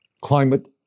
Climate